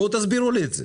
בואו תסביר לי את זה.